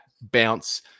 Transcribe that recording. bounce